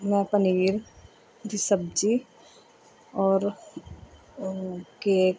ਮੈਂ ਪਨੀਰ ਦੀ ਸਬਜ਼ੀ ਔਰ ਕੇਕ